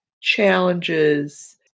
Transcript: challenges